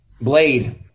Blade